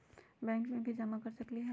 Bank में भी जमा कर सकलीहल?